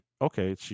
okay